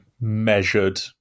measured